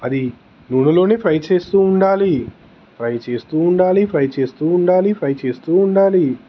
అది నూనెలోనే ఫ్రై చేస్తూ ఉండాలి ఫ్రై చేస్తూ ఉండాలి ఫ్రై చేస్తూ ఉండాలి ఫ్రై చేస్తూ ఉండాలి